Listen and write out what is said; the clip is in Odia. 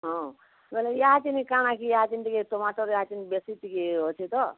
ହଁ ବୋଲେ ଇହା ତିନି କାଣ କି ଇହା ତିନି ଟିକେ ଟମାଟର୍ ଇହା ତିନି ବେଶୀ ଟିକେ ଅଛି ତ